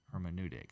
hermeneutic